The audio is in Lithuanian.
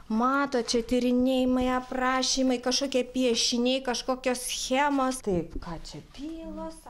matot čia tyrinėjimai aprašymai kažkokie piešiniai kažkokios schemos taip ką čia byos